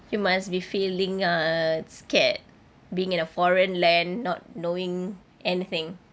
you must be feeling uh scared being in a foreign land not knowing anything